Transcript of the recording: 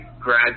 grad